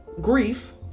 grief